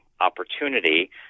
opportunity